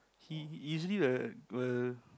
he usually will will